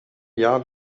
jahr